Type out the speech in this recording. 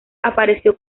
apareció